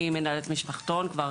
אני מנהלת משפחתון כבר